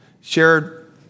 shared